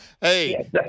Hey